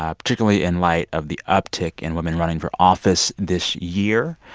ah particularly in light of the uptick in women running for office this year.